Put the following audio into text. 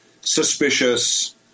suspicious